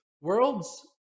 Worlds